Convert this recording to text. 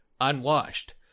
unwashed